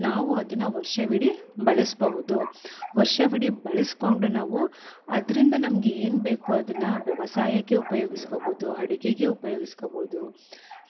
ನಾವು ಅದನ್ನ ವರ್ಷವಿಡೀ ಬಳಸಬಹುದು ವರ್ಷವಿಡೀ ಬಳಸ್ಕೊಂಡು ನಾವು ಅದರಿಂದ ನಮ್ಗೆ ಏನ್ಬೇಕು ಅದನ್ನ ವ್ಯವಸಾಯಕ್ಕೆ ಉಪಯೋಗಿಸ್ಕೊಬೋದು ಅಡಿಗೆಗೆ ಉಪಯೋಗಿಸ್ಕೊಬೋದು